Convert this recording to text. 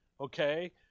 okay